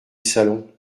salon